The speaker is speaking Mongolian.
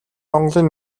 монголын